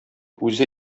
үзе